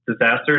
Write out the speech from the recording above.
disasters